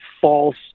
false